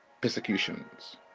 persecutions